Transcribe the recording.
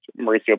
Mauricio